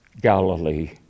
Galilee